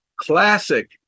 Classic